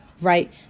Right